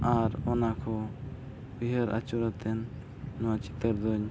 ᱟᱨ ᱚᱱᱟᱠᱚ ᱩᱭᱦᱟᱹᱨ ᱟᱹᱪᱩᱨ ᱠᱟᱛᱮᱫ ᱱᱚᱣᱟ ᱪᱤᱛᱟᱹᱨ ᱫᱚᱧ